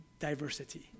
Diversity